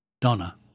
Donna